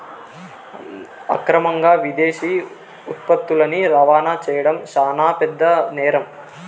అక్రమంగా విదేశీ ఉత్పత్తులని రవాణా చేయడం శాన పెద్ద నేరం